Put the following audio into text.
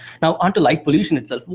now onto light pollution itself.